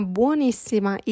buonissima